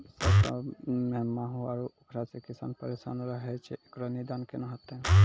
सरसों मे माहू आरु उखरा से किसान परेशान रहैय छैय, इकरो निदान केना होते?